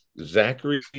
Zachary